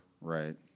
Right